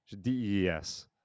D-E-E-S